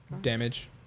damage